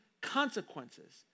consequences